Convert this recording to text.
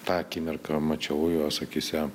tą akimirką mačiau jos akyse